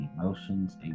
emotions